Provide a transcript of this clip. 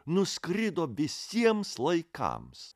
nuskrido visiems laikams